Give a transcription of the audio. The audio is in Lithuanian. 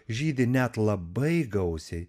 žydi net labai gausiai